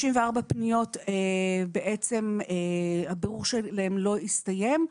54 הפניות, הבירור שלהן לא הסתיים.